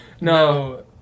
No